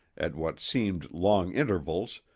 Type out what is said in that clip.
at what seemed long intervals,